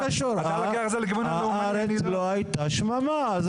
הארץ לא היתה שממה.